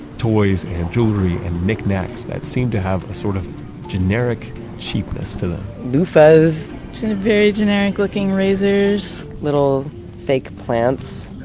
toys and jewelry and knickknacks that seem to have a sort of generic cheapness to them loofahs to very generic looking razors little fake plants